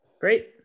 great